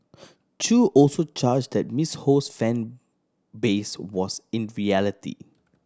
Chew also charged that Miss Ho's fan base was in reality